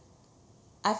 I've